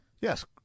Yes